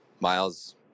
miles